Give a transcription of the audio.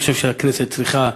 אני חושב שהכנסת צריכה,